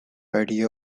idea